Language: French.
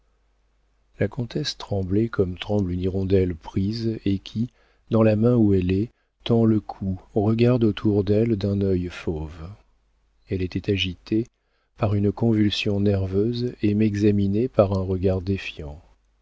la comtesse tremblait comme tremble une hirondelle prise et qui dans la main où elle est tend le cou regarde autour d'elle d'un œil fauve elle était agitée par une convulsion nerveuse et m'examinait par un regard défiant